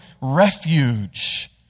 refuge